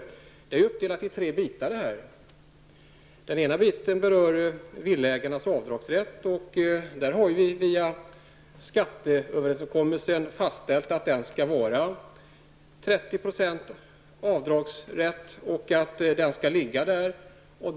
Subventionerna är ju uppdelade i tre delar. Den första berör villaägarnas avdragsrätt. Vi har via skatteöverenskommelsen fastställt att avdragsrätten skall vara 30 %.